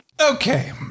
Okay